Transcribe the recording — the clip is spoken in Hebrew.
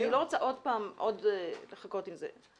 אני לא רוצה עוד פעם לחכות עם זה.